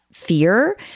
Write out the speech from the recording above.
fear